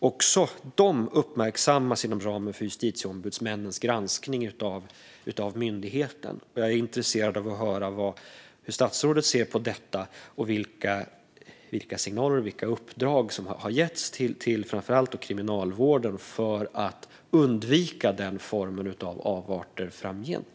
Också de uppmärksammas inom ramen för justitieombudsmännens granskning av myndigheten. Jag är intresserad av att höra hur statsrådet ser på det och vilka signaler och uppdrag som har getts till framför allt Kriminalvården för att undvika den formen av avarter framgent.